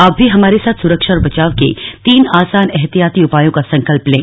आप भी हमारे साथ सुरक्षा और बचाव के तीन आसान एहतियाती उपायों का संकल्प लें